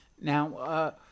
Now